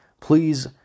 please